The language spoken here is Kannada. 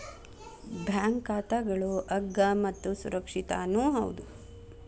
ಬ್ಯಾಂಕ್ ಖಾತಾಗಳು ಅಗ್ಗ ಮತ್ತು ಸುರಕ್ಷಿತನೂ ಹೌದು